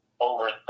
over